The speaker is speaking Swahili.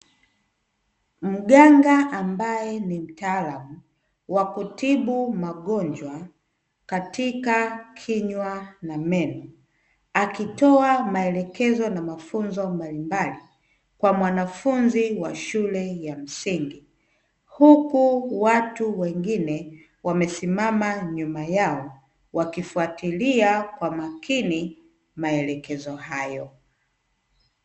Mganga ambaye ni mtaalamu wa kutibu magonjwa katika kinywa na meno, akitoa maelekezo na mafunzo mbalimbali kwa mwanafunzi wa shule ya msingi, huku watu wengine wamesimama nyuma yao wakifuatilia kwa makini maelekezo hayo.